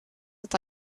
that